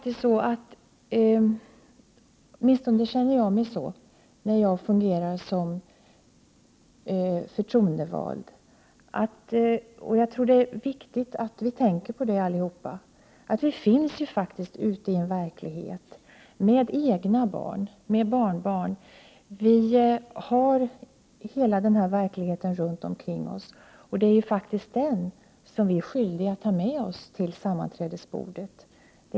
Som förtroendevald känner jag — och det är viktigt att vi alla tänker på det — att vi fungerar i en verklighet, med egna barn och med barnbarn. Vi har hela denna verklighet runt omkring oss, och det är den som vi är skyldiga att ta med oss till sammanträdesbordet.